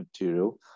material